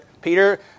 Peter